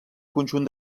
conjunt